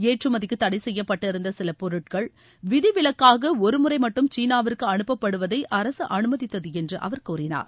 ஏற்றுமதிக்கு தடை செய்யப்பட்டிருந்த சில பொருட்கள் விதி விலக்காக ஒருமுறை மட்டும் சீனாவுக்கு அனுப்பப்படுவதை அரசு அனுமதித்தது என்று அவர் கூறினார்